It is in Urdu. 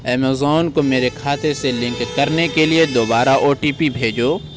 امازون کو میرے کھاتے سے لنک کرنے کے لیے دوبارہ او ٹی پی بھیجو